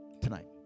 tonight